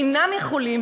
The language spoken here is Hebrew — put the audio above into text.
אינם יכולים,